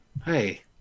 Hey